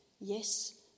yes